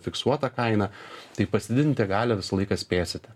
fiksuota kaina tai pasididinti galią visą laiką spėsite